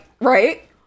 right